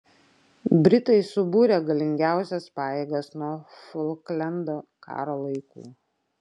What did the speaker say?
britai subūrė galingiausias pajėgas nuo folklendo karo laikų